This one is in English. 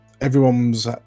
everyone's